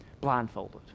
blindfolded